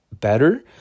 better